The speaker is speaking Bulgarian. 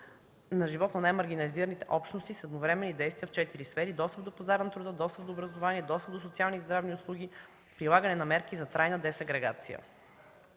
на живот на най-маргинализираните общности с едновременни действия в четири сфери: достъп до пазара на труда, достъп до образование, достъп до социални и здравни услуги, прилагане на мерки за трайна десегрегация.